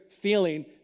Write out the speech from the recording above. feeling